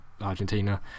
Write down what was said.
Argentina